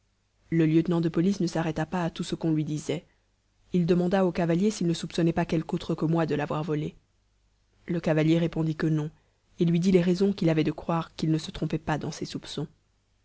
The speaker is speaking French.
le lieutenant de police ne s'arrêta pas à tout ce qu'on lui disait il demanda au cavalier s'il ne soupçonnait pas quelque autre que moi de l'avoir volé le cavalier répondit que non et lui dit les raisons qu'il avait de croire qu'il ne se trompait pas dans ses soupçons